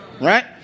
Right